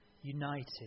United